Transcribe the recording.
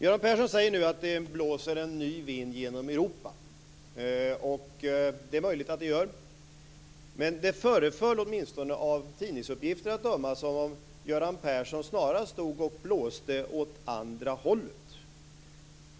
Göran Persson säger nu att det blåser en ny vind genom Europa. Det är möjligt att det är så. Men det föreföll, åtminstone av tidningsuppgifter att döma, som om Göran Persson snarast blåste åt andra hållet.